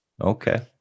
okay